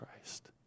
Christ